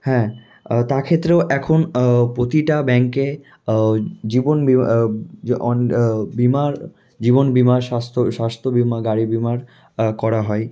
হ্যাঁ তা ক্ষেত্রেও এখন প্রতিটা ব্যাংকে জীবন বি অন বিমার জীবন বিমা স্বাস্থ্য স্বাস্থ্য বিমা গাড়ি বিমার করা হয়